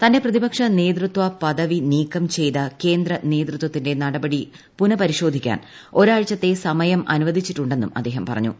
തന്റെ പ്രതിപക്ഷ നേതൃത്വ പദവി നീക്കം ചെയ്ത കേന്ദ്ര നേതൃത്വത്തിന്റെ നടപടി പുനപരിശോധിക്കാൻ ഒരാഴ്ചത്തെ സമയം അനുവദിച്ചിട്ടുണ്ടെന്നും അദ്ദേഹം പറഞ്ഞു